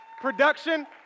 production